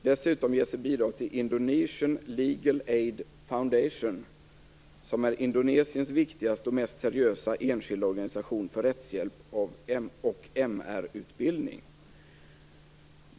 Dessutom ges ett bidrag till Indonesian Legal Aid Foundation, som är Indonesiens viktigaste och mest seriösa enskilda organisation för rättshjälp och MR-utbildning.